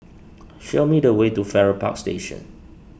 show me the way to Farrer Park Station